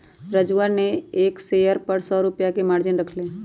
राजूवा ने एक शेयर पर सौ रुपया के मार्जिन रख लय